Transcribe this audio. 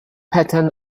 pattern